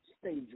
stage